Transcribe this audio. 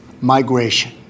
migration